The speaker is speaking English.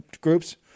groups